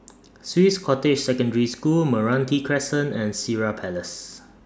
Swiss Cottage Secondary School Meranti Crescent and Sireh Place